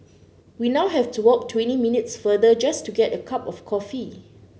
we now have to walk twenty minutes farther just to get a cup of coffee